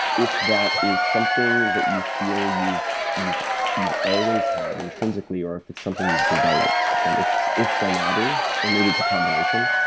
if that is something that you feel you've you've always had intrinsically or if it's something you've developed. and if if the latter, and maybe it's a combination,